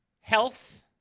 Health